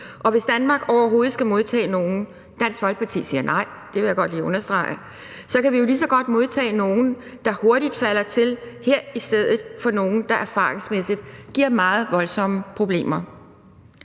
og hvis Danmark overhovedet skal modtage nogen – Dansk Folkeparti siger nej, vil jeg godt lige understrege – så kan vi jo lige så godt modtage nogle, der hurtigt falder til her, i stedet for nogle, der erfaringsmæssigt giver meget voldsomme problemer.